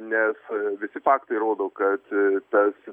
nes visi faktai rodo kad tas